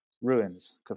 ruins